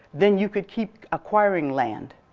then you could keep acquiring land.